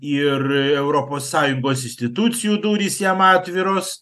ir europos sąjungos institucijų durys jam atviros